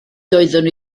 doeddwn